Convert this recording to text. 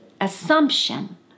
assumption